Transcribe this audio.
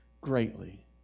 greatly